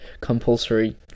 compulsory